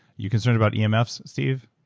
you concerned about yeah emfs steve?